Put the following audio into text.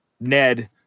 ned